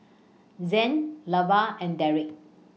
Zaid Lavar and Deric